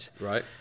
Right